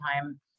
time